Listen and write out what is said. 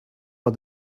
but